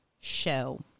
show